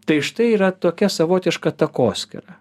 tai štai yra tokia savotiška takoskyra